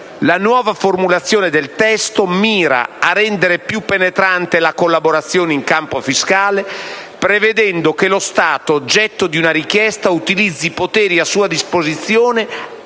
La nuova formulazione del testo mira a rendere più penetrante la collaborazione in campo fiscale, prevedendo che lo Stato oggetto di una richiesta utilizzi i poteri a sua disposizione